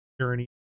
journey